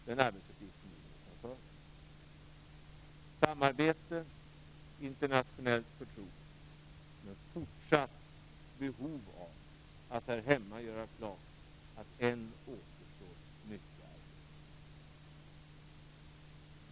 Den arbetsuppgiften ligger nu framför oss. Det skall ske i samarbete och internationellt förtroende men med fortsatt behov av att här hemma göra klart att det ännu återstår mycket arbete.